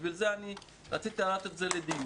בגלל זה רציתי להעלות את זה לדיון.